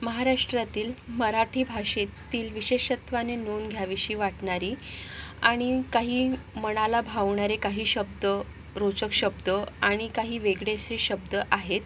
महाराष्ट्रातील मराठी भाषेतील विशेषत्वाने नोंद घ्यावीशी वाटणारी आणि काही मनाला भावणारे काही शब्द रोचक शब्द आणि काही वेगळेसे शब्द आहेत